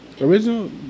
original